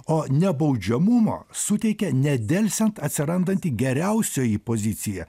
o nebaudžiamumo suteikia nedelsiant atsirandanti geriausioji pozicija